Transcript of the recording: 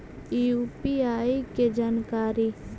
UPI के जानकारी?